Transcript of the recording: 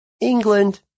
England